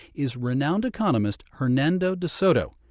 is renowned economist hernando de soto.